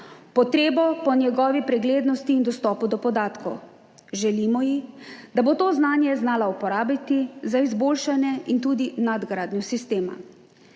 potrebo po njegovi preglednosti in dostopu do podatkov. Želimo ji, da bo to znanje znala uporabiti za izboljšanje in tudi nadgradnjo sistema.